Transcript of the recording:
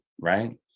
right